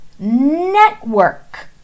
network